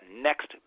next